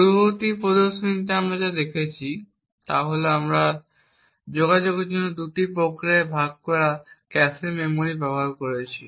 পূর্ববর্তী প্রদর্শনে আমরা যা দেখেছি তা হল আমরা যোগাযোগের জন্য 2টি প্রক্রিয়ার মধ্যে ভাগ করা ক্যাশে মেমরি ব্যবহার করেছি